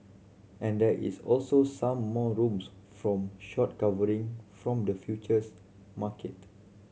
and there is also some more rooms from short covering from the futures market